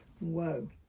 Whoa